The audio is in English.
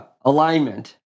Alignment